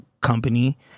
company